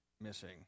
missing